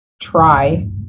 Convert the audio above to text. try